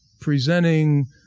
Presenting